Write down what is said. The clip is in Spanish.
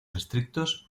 estrictos